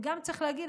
וגם צריך להגיד,